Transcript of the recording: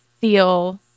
feel